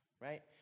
right